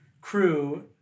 crew